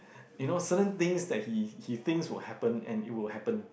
you know certain things that he he thinks will happen and it will happen